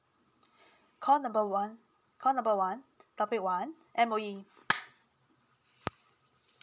call number one call number one topic one M_O_E